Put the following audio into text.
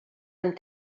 amb